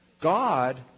God